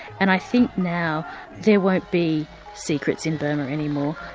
and i think now there won't be secrets in burma any more.